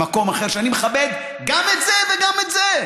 במקום אחר, שאני מכבד גם את זה וגם את זה,